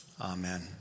Amen